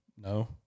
No